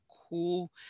cool